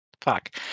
fuck